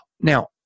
Now